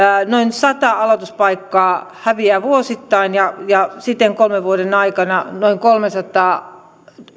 sata aloituspaikkaa häviää vuosittain ja ja siten kolmen vuoden aikana noin kolmesataa